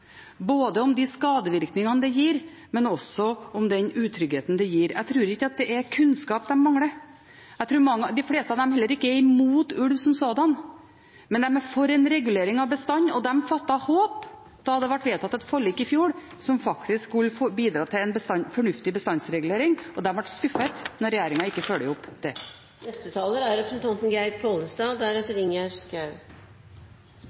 både om de skadevirkningene det gir, og også om den utryggheten det gir. Jeg tror ikke at det er kunnskap de mangler. Jeg tror de fleste av dem heller ikke er imot ulv som sådan, men de er for en regulering av bestanden, og de fattet håp da det ble vedtatt et forlik i fjor som faktisk skulle bidra til en fornuftig bestandsregulering. Og de ble skuffet når regjeringen ikke følger opp